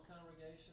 congregation